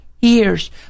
years